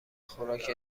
خوراک